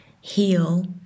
heal